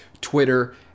Twitter